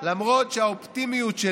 אלא מה.